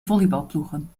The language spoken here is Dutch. volleybalploegen